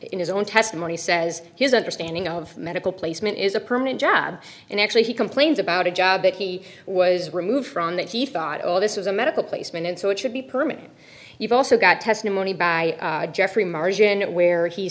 in his own test money says his understanding of medical placement is a permanent job and actually he complains about a job that he was removed from that he thought all this was a medical placement and so it should be permanent you've also got testimony by geoffrey margin where he